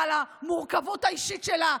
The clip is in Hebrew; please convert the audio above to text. ולמורכבות האישית שלה.